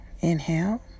Inhale